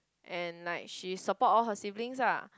and like she support all her siblings lah